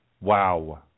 Wow